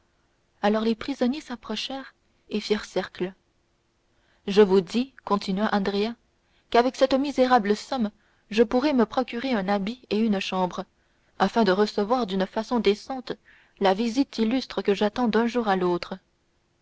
alors les prisonniers s'approchèrent et firent cercle je vous dis continua andrea qu'avec cette misérable somme je pourrai me procurer un habit et une chambre afin de recevoir d'une façon décente la visite illustre que j'attends d'un jour à l'autre